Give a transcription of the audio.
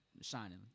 shining